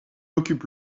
occupe